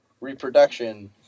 reproduction